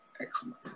excellent